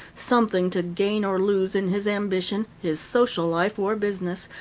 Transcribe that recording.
something to gain or lose in his ambition, his social life, or business,